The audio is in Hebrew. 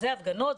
זה הפגנות,